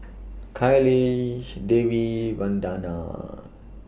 Kailash Devi Vandana